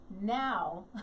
Now